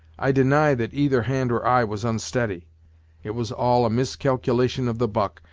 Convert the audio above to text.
i deny that either hand or eye was onsteady it was all a miscalculation of the buck,